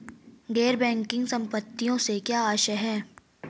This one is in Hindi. गैर बैंकिंग संपत्तियों से क्या आशय है?